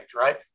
right